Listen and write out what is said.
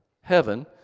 heaven